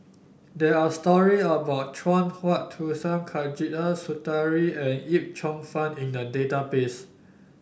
there are story about Chuang Hui Tsuan Khatijah Surattee and Yip Cheong Fun in the database